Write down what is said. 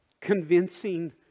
Convincing